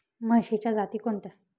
म्हशीच्या जाती कोणत्या?